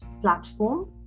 platform